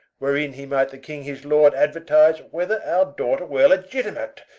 wherein he might the king his lord aduertise, whether our daughter were legitimate,